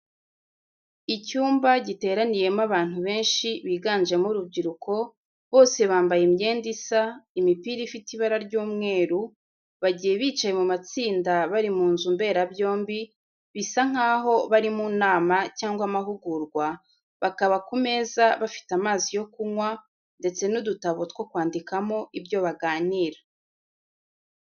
Icyumba giteraniyemo abantu benshi biganjemo urubyiruko bose bambaye imyenda isa, imipira ifite ibara ry'umweru, bagiye bicaye mu matsinda bari mu nzu mberabyombi bisa nkaho bari mu nama cyangwa amahugurwa, bakaba ku meza bafite amazi yo kunywa ndetse n'udutabo two kwandikamo ibyo baganira.